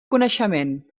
coneixement